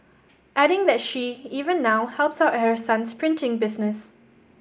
adding that she even now helps out at her son's printing business